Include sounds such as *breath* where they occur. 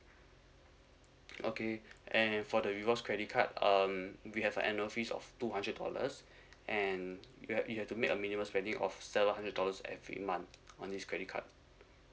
okay and for the rewards credit card um we have annual fees of two hundred dollars *breath* and you have you have to make a minimum spending of seven hundred dollars every month on this credit card